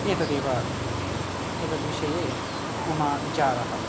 एतद् एव एतद् विषये मम विचारः